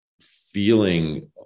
feeling